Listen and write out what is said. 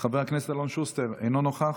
חבר הכנסת אלון שוסטר, אינו נוכח,